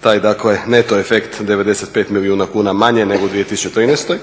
taj neto efekt 95 milijuna kuna manje nego u 2013.